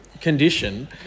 condition